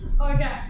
Okay